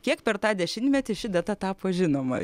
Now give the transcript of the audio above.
kiek per tą dešimtmetį ši data tapo žinoma